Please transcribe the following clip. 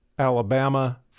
Alabama